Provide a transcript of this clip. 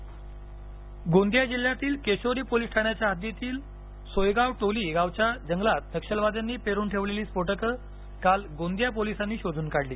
गोंदिया गोंदिया जिल्ह्यातील केशोरी पोलिस ठाण्याच्या हद्दीतील सोयगावटोली गावच्या जंगलात नक्षलवाद्यांनी पेरून ठेवलेली स्फोटकं काल गोंदिया पोलिसांनी शोधून काढली